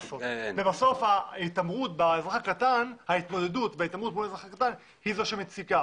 בסופו של דבר ההתעמרות באזרח הקטן היא זו שמציקה.